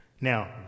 Now